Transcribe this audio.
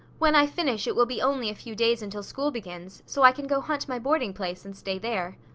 when i finish it will be only a few days until school begins, so i can go hunt my boarding place and stay there.